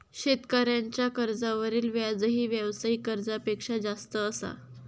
शेतकऱ्यांच्या कर्जावरील व्याजही व्यावसायिक कर्जापेक्षा जास्त असा